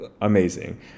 amazing